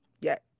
Yes